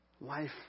life